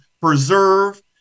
preserve